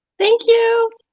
thank you.